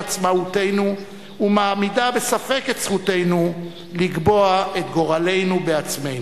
עצמאותנו ומעמידה בספק את זכותנו לקבוע את גורלנו בעצמנו.